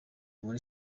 kuri